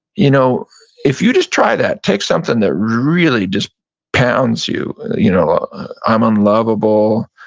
you know if you just try that, take something that really just pounds you, you know i'm unlovable,